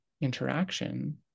interaction